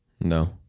No